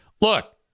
look